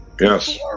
Yes